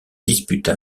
disputa